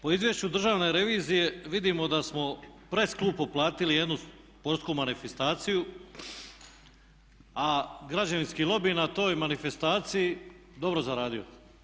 Po izvješću Državne revizije vidimo da smo preskupo platili jednu sportsku manifestaciju, a građevinski lobij je na toj manifestaciji dobro zaradio.